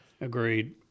Agreed